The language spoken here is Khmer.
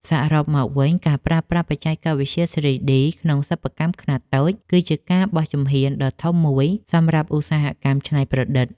សរុបមកវិញការប្រើប្រាស់បច្ចេកវិទ្យា 3D ក្នុងសិប្បកម្មខ្នាតតូច គឺជាការបោះជំហានដ៏ធំមួយសម្រាប់ឧស្សាហកម្មច្នៃប្រឌិត។